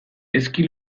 ezki